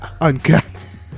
Uncut